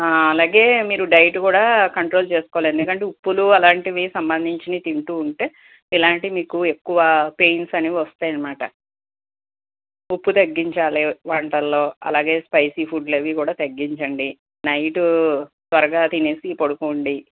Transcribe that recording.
అలాగే మీరు డైట్ కూడా కంట్రోల్ చేసుకోవాలి ఎందుకంటే ఉప్పులు అలాంటివి సంబంధించినవి తింటూ ఉంటే ఇలాంటివి మీకు ఎక్కువ పెయిన్స్ అనేవి వస్తాయనమాట ఉప్పు తగ్గించాలి వంటల్లో అలాగే స్పైసీ ఫుడ్లవి కూడా తగ్గించండి నైట్ త్వరగా తినేసి పడుకోండి